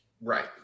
Right